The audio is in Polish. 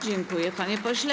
Dziękuję, panie pośle.